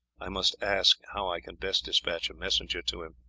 i must ask how i can best despatch a messenger to him.